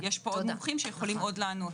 יש פה עוד מומחים שיכולים עוד לענות.